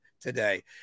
today